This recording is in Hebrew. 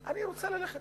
אני רוצה ללכת